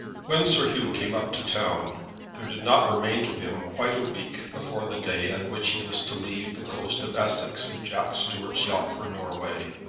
when sir hugh came up to town there did not remain to him quite a week before the day on which he was to leave the coast of essex in jack stuart's yacht for norway,